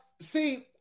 See